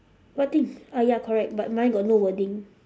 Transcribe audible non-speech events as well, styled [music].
what thing [breath] uh ya correct but mine got no wording